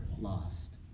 lost